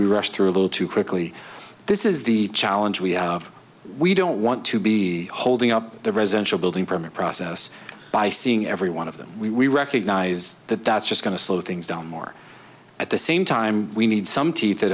we rushed through a little too quickly this is the challenge we have we don't want to be holding up the residential building permit process by seeing every one of them we recognize that that's just going to slow things down more at the same time we need some teeth that